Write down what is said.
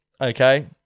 Okay